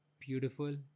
beautiful